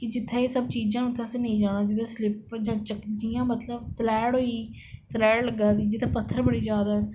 कि जित्थै एह् सब चीजां हून उत्थै असें नेईं जाना चाहिदा जियां मतलब तलैह्ट होई गेई तलैह्ट लग्गा दी जित्थै पत्थर बडे़ ज्यादा ना